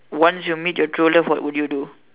once you meet your true love what would you do